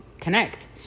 connect